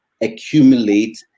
accumulate